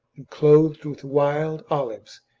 and clothed with wild olives,